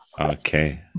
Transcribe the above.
Okay